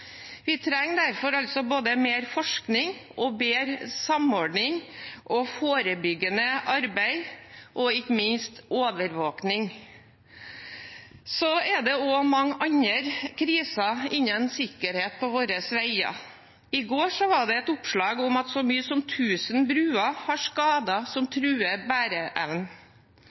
Vi trenger derfor både mer forskning og bedre samordning, forebyggende arbeid og ikke minst overvåkning. Det er også mange andre kriser innen sikkerhet på våre veier. I går var det et oppslag om at så mye som 1 000 broer har skader som truer